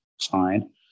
Fine